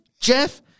Jeff